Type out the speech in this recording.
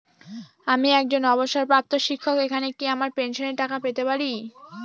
আমি একজন অবসরপ্রাপ্ত শিক্ষক এখানে কি আমার পেনশনের টাকা পেতে পারি?